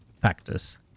factors